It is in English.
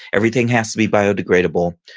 everything has to be biodegradable.